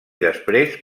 després